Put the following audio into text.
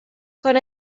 con